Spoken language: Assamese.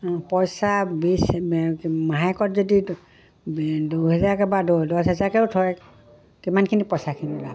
পইচা বিছ মাহেকত যদি দুহেজাৰকৈ বা দহ হেজাৰকৈও থয় কিমানখিনি পইচাখিনি লাভ হয়